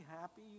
happy